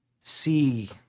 see